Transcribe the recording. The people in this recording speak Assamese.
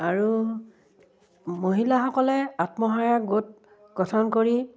আৰু মহিলাসকলে আত্মসহায়ক গোট গঠন কৰি